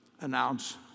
announce